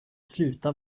sluta